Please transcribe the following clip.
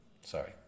Sorry